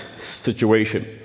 situation